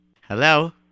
Hello